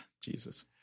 Jesus